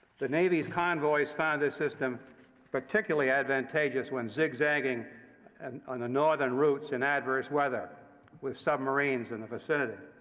the navy's convoys found this system particularly advantageous when zigzagging and on the northern routes in adverse weather with submarines in the vicinity.